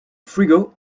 frigo